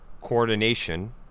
coordination